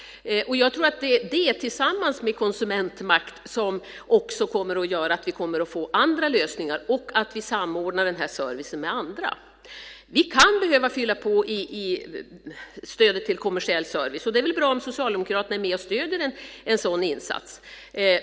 Jag tror att detta tillsammans med konsumentmakt också kommer att göra att vi får andra lösningar och samordnar servicen med andra. Vi kan behöva fylla på stödet till kommersiell service. Det är väl bra om Socialdemokraterna är med och stöder en sådan insats.